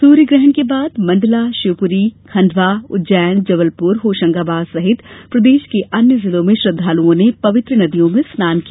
सूर्य ग्रहण के बाद मंडला शिवपुरी खंडवा उज्जैन जबलपुर होशंगाबाद सहित प्रदेश के अन्य जिलों में श्रद्धालुओं ने पवित्र नदियों में स्नान किया